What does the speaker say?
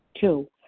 Two